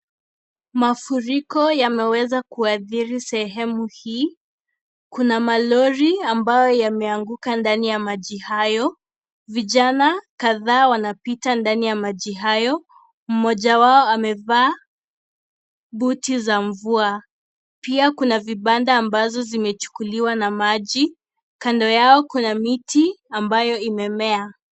Mafuriko yameweza kuadhiri sehemu hii, kuna malori ambayo yameanguka ndani ya maji hayo, vijana kadhaa wanapita ndani ya maji hayo, mmoja wao amevaa buti za mvua, pia kuna vibanda ambazo zimechukuliwa na maji, kando yao kuna miti ambayo imemea.